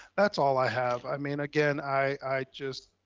that's all i have. i mean, again, i i just,